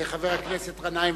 חבר הכנסת גנאים,